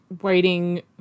waiting